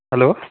hello